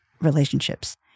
relationships